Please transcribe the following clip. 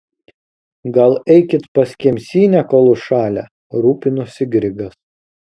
gal eikit per kemsynę kol užšalę rūpinosi grigas